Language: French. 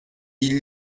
ils